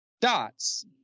dots